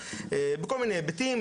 בכל מיני היבטים.